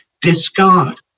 discard